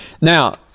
Now